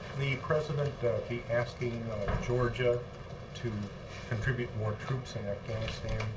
the president be asking georgia to contribute more troops in afghanistan?